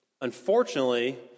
Unfortunately